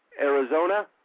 Arizona